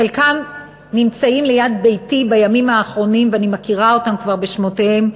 חלקם נמצאים ליד ביתי בימים האחרונים ואני מכירה אותם כבר בשמותיהם,